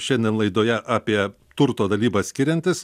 šiandien laidoje apie turto dalybas skiriantis